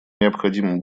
необходимо